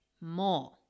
more